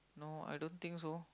no I don't think so